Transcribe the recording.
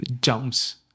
jumps